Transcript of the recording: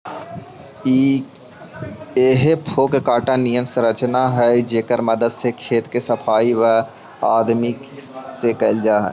हेइ फोक काँटा निअन संरचना हई जेकर मदद से खेत के सफाई वआदमी से कैल जा हई